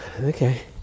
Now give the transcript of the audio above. Okay